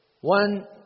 One